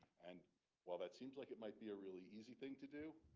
and while that seems like it might be a really easy thing to do,